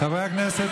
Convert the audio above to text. חברי הכנסת,